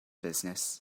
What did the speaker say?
business